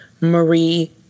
Marie